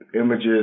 images